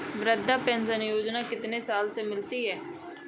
वृद्धा पेंशन योजना कितनी साल से मिलती है?